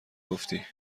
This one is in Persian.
گفتی